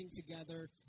together